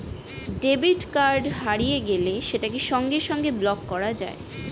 debit card হারিয়ে গেলে সেটাকে সঙ্গে সঙ্গে ব্লক করা যায়